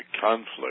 conflict